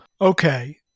okay